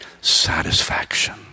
satisfaction